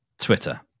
Twitter